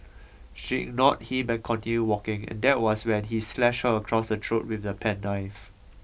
she ignored him and continued walking and there was when he slashed her across the throat with the penknife